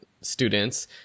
students